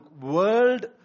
world